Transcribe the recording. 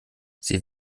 sie